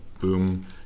boom